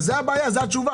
זה הבעיה, זה התשובה.